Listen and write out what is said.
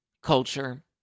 Culture